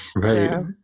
right